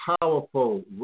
powerful